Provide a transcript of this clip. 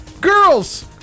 Girls